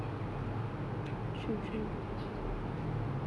what about you what do you think you can do to change the world